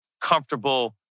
comfortable